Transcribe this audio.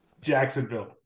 Jacksonville